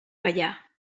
gaià